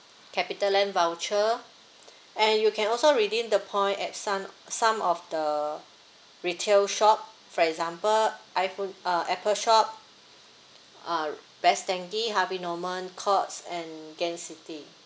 Capitaland voucher and you can also redeem the point at some some of the retail shop for example iphone uh apple shop uh Best Denki harvey norman courts and gain city